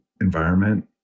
environment